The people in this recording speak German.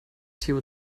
theo